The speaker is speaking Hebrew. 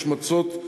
השמצות,